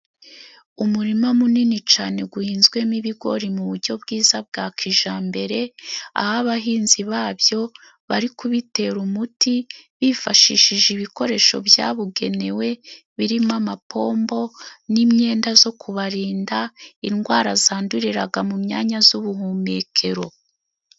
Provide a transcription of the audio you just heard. Umurima munini cane guhinzwemo ibigori mu buryo bwiza bwa kijambere, aho abahinzi babyo bari kubitera umuti bifashishije ibikoresho byabugenewe birimo amapombo, n'imyenda zo kubarinda indwara zanduriraga mu myanya z'ubuhumekero.